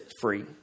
free